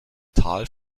tal